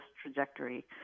trajectory